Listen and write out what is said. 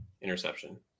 interception